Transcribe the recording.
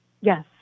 Yes